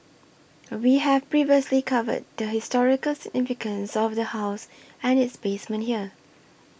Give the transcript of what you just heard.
we have previously covered the historical significance of the house and its basement here